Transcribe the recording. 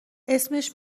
اسمش